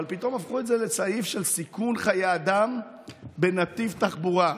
אבל פתאום הפכו את זה לסעיף של סיכון חיי אדם בנתיב תחבורה,